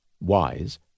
wise